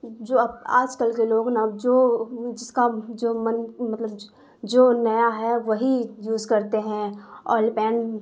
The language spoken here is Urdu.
جو اب آج کل کے لوگ نا جو جس کا جو من مطلب جو نیا ہے وہی یوز کرتے ہیں اولڈ پین